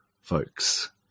folks